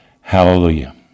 Hallelujah